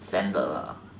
standard lah